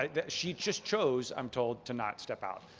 ah that she just chose, i'm told, to not step out.